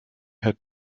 had